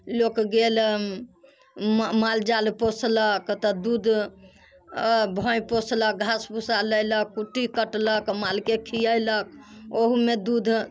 लोक गेल माल जाल पोसलक तऽ दूध भैंस पोसलक घास भूसा लयलक कुट्टी कटलक मालके खियेलक ओहुमे दूध